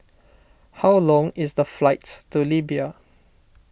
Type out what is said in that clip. how long is the flight to Libya